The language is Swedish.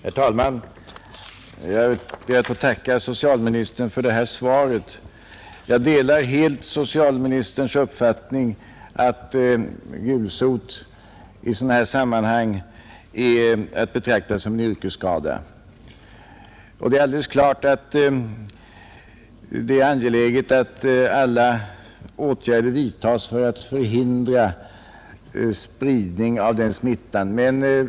Herr talman! Jag ber att få tacka socialministern för det lämnade svaret. Jag delar helt socialministerns uppfattning att gulsot i här angivna sammanhang är att betrakta som yrkesskada, och det är alldeles klart att det är angeläget att alla åtgärder vidtas för att förhindra spridning av sådan smitta.